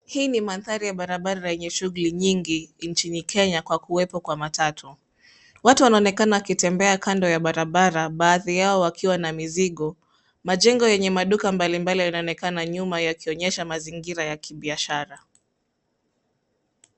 Hii ni manthari ya barabara lenye shuguli nyingi nchini Kenya kwa kuwekwa kwa matatu. Watu wanaonekana wakitembea kando ya barabara baadhi yao wakiwa na mizigo. Majengo yenye maduka mbalimbali yanaonkeana nyuma yakionyesha mazingira ya kibiashara.